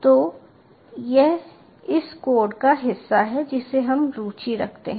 तो यह उस कोड का हिस्सा है जिसमें हम रुचि रखते हैं